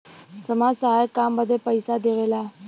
समाज सहायक काम बदे पइसा देवेला